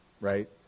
right